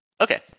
Okay